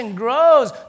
grows